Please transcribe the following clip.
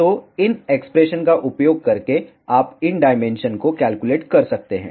तो इन एक्सप्रेशन का उपयोग करके आप इन डायमेंशन को कैलकुलेट कर सकते हैं